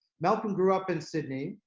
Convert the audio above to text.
malcolm grew up in sydney,